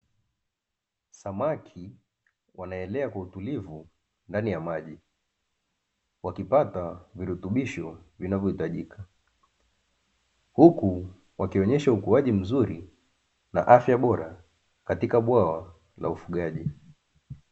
Samaki wanaelea kwa utulivu ndani ya maji, wakipata virutubisho vinavyohitajika, huku wakionyesha ukuaji mzuri na afya bora, katika bwawa la ufugaji.